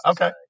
Okay